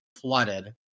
flooded